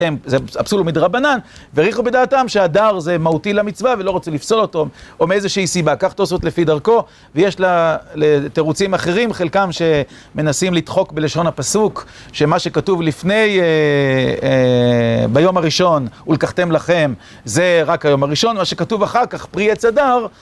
זה... הפסול הוא מדרבנן, והעריכו בדעתם שהדר זה מהותי למצווה, ולא רוצים לפסול אותו, או מאיזושהי סיבה. כך תוספות לפי דרכו, ויש ל... תירוצים אחרים, חלקם שמנסים לדחוק בלשון הפסוק, שמה שכתוב לפני, ביום הראשון, "ולקחתם לכם", זה רק היום הראשון, מה שכתוב אחר כך - "פרי עץ הדר".